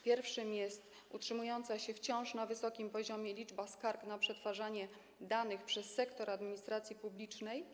Pierwszym jest utrzymująca się wciąż na wysokim poziomie liczba skarg na przetwarzanie danych przez sektor administracji publicznej.